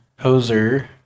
Hoser